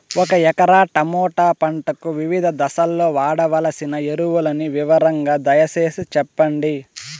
ఒక ఎకరా టమోటా పంటకు వివిధ దశల్లో వాడవలసిన ఎరువులని వివరంగా దయ సేసి చెప్పండి?